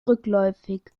rückläufig